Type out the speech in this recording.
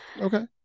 Okay